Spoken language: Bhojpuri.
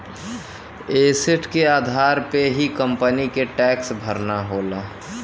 एसेट के आधार पे ही कंपनी के टैक्स भरना होला